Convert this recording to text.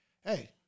Hey